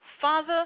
Father